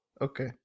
Okay